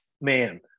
man